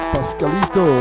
Pascalito